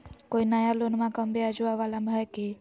कोइ नया लोनमा कम ब्याजवा वाला हय की?